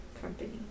company